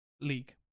league